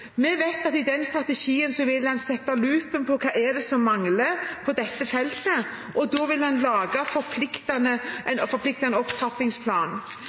Vi vet at i den strategien vil en sette dette under lupen og se på hva som mangler på dette feltet, og da vil en lage en forpliktende opptrappingsplan